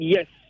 Yes